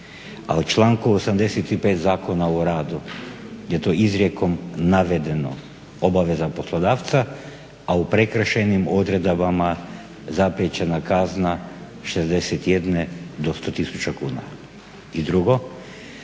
a u članku 85. Zakona o radu je to izrijekom navedeno, obaveza poslodavca, a u prekršajnim odredbama zapriječena kazna 61 do 100 000 kuna. I drugo,